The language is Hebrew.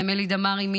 אמילי דמארי,